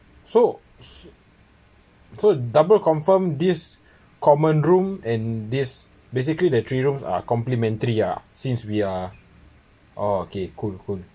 so to double confirm this common room and this basically the three rooms are complementary uh since we uh okay cool cool